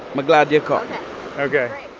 i'm glad you come ok